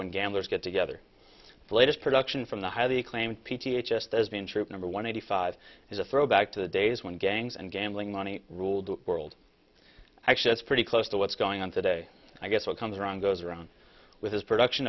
when gamblers get together the latest production from the highly acclaimed p t a just as being true to number one eighty five is a throwback to the days when gangs and gambling money ruled the world actually it's pretty close to what's going on today i guess what comes around goes around with his production